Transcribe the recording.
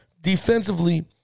Defensively